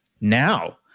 now